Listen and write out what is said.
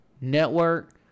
network